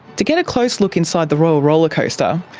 to get a close look inside the royal rollercoaster,